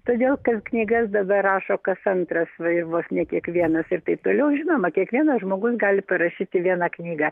todėl kad knygas dabar rašo kas antras vai vos ne kiekvienas ir taip toliau žinoma kiekvienas žmogus gali parašyti vieną knygą